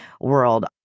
world